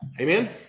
Amen